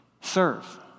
Serve